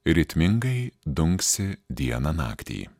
ritmingai dunksi dieną naktį